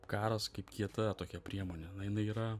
karas kaip kieta tokia priemonė na jinai yra